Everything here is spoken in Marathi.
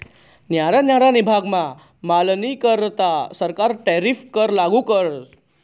न्यारा न्यारा विभागमा मालनीकरता सरकार टैरीफ कर लागू करस